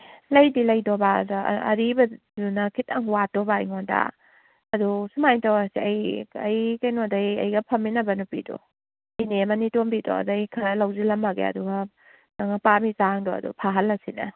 ꯂꯩꯗꯤ ꯂꯩꯗꯧꯕ ꯑꯗ ꯑꯔꯤꯕꯗꯨꯅ ꯈꯤꯇꯪ ꯋꯥꯠꯇꯧꯕ ꯑꯩꯉꯣꯟꯗ ꯑꯗꯣ ꯁꯨꯃꯥꯏꯅ ꯇꯧꯔꯁꯦ ꯑꯩ ꯑꯩ ꯀꯩꯅꯣꯗꯩ ꯑꯩꯒ ꯐꯝꯃꯤꯟꯅꯕ ꯅꯨꯄꯤꯗꯣ ꯏꯅꯦ ꯃꯥꯅꯤꯇꯣꯝꯕꯤꯗꯣ ꯑꯗꯒꯤ ꯈꯔ ꯂꯧꯁꯤꯜꯂꯝꯃꯒꯦ ꯑꯗꯨꯒ ꯅꯪꯅ ꯄꯥꯝꯃꯤ ꯆꯥꯡꯗꯣ ꯑꯗꯣ ꯐꯥꯍꯜꯂꯁꯤꯅꯦ